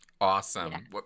Awesome